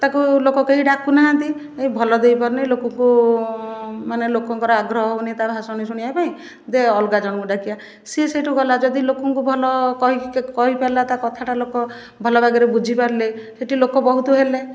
ତାକୁ ଲୋକ କେହି ଡାକୁ ନାହାଁନ୍ତି ଭଲ ଦେଇପାରୁନି ଲୋକଙ୍କୁ ମାନେ ଲୋକଙ୍କର ଆଗ୍ରହ ହେଉନି ତା ଭାଷଣ ଶୁଣିବା ପାଇଁ ଦେ ଅଲଗା ଜଣକୁ ଡାକିବା ସିଏ ସେଠୁ ଗଲା ଯଦି ଲୋକଙ୍କୁ ଭଲ କହିକି କହିପାରିଲା ତା କଥାଟା ଲୋକ ଭଲ ବାଗରେ ବୁଝି ପାରିଲେ ସେଠି ଲୋକ ବହୁତ ହେଲେ